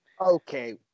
Okay